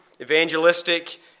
evangelistic